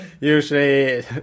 usually